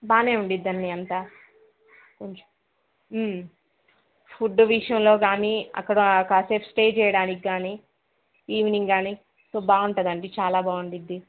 బాగానే ఉండిద్ది అండి అంతా కొంచం ఫుడ్డు విషయంలో కానీ అక్కడా కాసేపు స్టే చేయడానికి కానీ ఈవినింగ్ కానీ సో బాగుంటుంది అండి చాలా బాగుండిద్ది